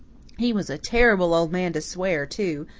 he was a terrible old man to swear, too,